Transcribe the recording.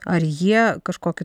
ar jie kažkokiu